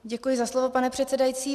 Děkuji za slovo, pane předsedající.